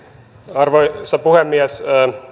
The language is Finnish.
arvoisa puhemies